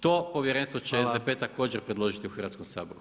To povjerenstvo će SDP također predložiti u Hrvatskom saboru.